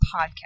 podcast